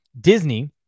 Disney